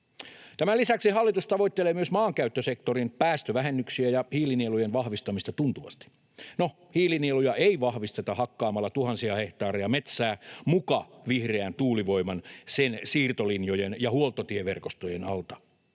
Tämän lisäksi hallitus tavoittelee maankäyttösektorin päästövähennyksiä ja hiilinielujen vahvistamista tuntuvasti. No, hiilinieluja ei vahvisteta hakkaamalla tuhansia hehtaareja metsää muka vihreän tuulivoiman, sen siirtolinjojen ja huoltotieverkostojen alta.